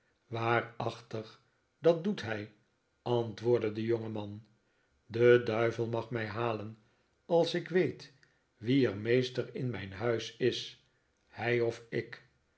waarachtig dat doet hij antwoordde de jongeman de duivel mag mij halen als ik weet wie er meester in mijn huis is hij of ik